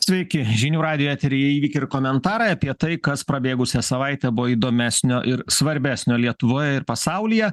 sveiki žinių radijo eteryje įvykiai ir komentarai apie tai kas prabėgusią savaitę buvo įdomesnio ir svarbesnio lietuvoje ir pasaulyje